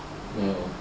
没有